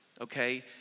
okay